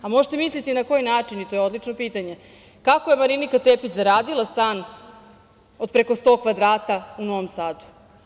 Možete misliti na koji način i to je odlično pitanje, kako je Marinika Tepić zaradila stan od preko 100 kvadrata u Novom Sadu.